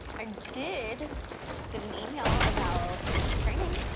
i did get an email about training.